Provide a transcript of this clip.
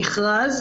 במכרז.